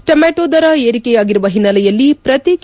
ಟೊಮ್ಡಾಟೋ ದರ ಏರಿಕೆಯಾಗಿರುವ ಓನ್ನೆಲೆಯಲ್ಲಿ ಪ್ರತಿ ಕೆ